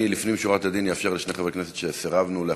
לפנים משורת הדין אני אאפשר לשני חברי כנסת שסירבנו להכניס,